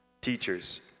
Teachers